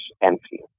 empty